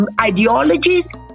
ideologies